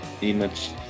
image